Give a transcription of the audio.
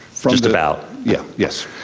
just about. yeah, yes.